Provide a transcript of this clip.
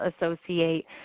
associate